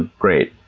great.